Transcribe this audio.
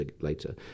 later